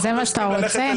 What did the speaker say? זה מה שאתה רוצה?